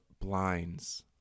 blinds